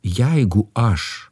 jeigu aš